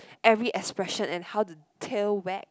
every expression and how the tail wag